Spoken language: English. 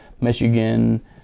Michigan